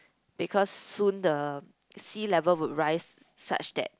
because soon the sea level will rise such that